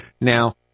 Now